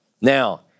Now